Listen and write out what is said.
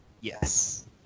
Yes